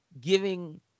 giving